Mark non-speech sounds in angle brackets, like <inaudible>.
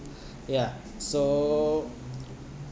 ya so <noise>